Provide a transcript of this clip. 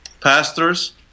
pastors